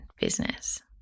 business